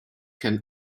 can